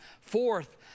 Fourth